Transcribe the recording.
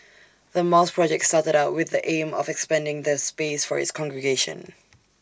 the mosque project started out with the aim of expanding the space for its congregation